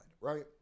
right